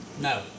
No